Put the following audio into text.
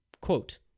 Quote